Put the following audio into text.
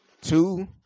Two